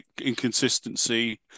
inconsistency